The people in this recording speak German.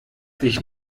dich